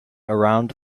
around